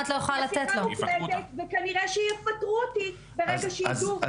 כי זה שיחה מוקלטת וכנראה שיפטרו אותי ברגע שידעו שהעברתי להם מידע.